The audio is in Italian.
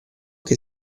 che